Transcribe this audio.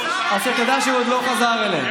אז תדע שהוא עוד לא חזר אליהם,